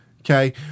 okay